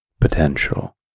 potential